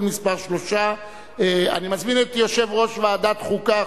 מס' 3). אני מזמין את יושב-ראש ועדת החוקה,